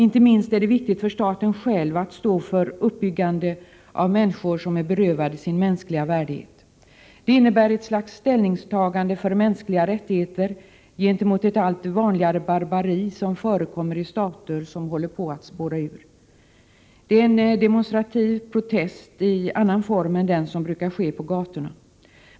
Inte minst är det viktigt för staten själv att stå för uppbyggande av människor som är berövade sin mänskliga värdighet. Det innebär ett slags ställningstagande för mänskliga rättigheter gentemot ett allt vanligare barbari som förekommer i stater som håller på att spåra ur. Det är en demonstrativ protest i annan form än den som brukar ske på gatorna.